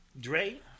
Dre